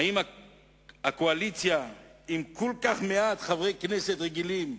האם הקואליציה, עם כל כך מעט חברי כנסת רגילים,